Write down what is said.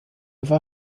war